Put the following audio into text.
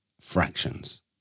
fractions